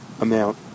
amount